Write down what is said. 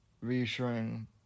reassuring